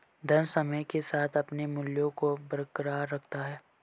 धन समय के साथ अपने मूल्य को बरकरार रखता है